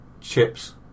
Chips